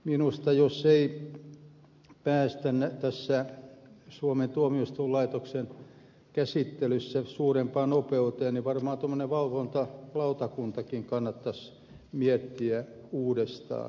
minusta jos ei päästä tässä suomen tuomioistuinlaitoksen käsittelyssä suurempaan nopeuteen varmaan tuommoista valvontalautakuntaakin kannattaisi miettiä uudestaan